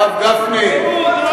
הרב גפני.